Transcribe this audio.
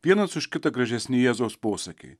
vienas už kitą gražesni jėzaus posakiai